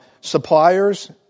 suppliers